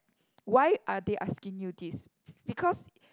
why are they asking you this because